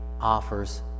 offers